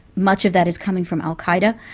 much of that is coming from al-qaeda,